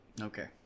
Okay